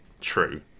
True